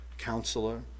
Counselor